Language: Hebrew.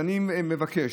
אני מבקש,